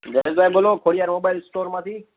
જયેશભાઈ બોલો ખોડીયાર મોબાઇલ સ્ટોરમાંથી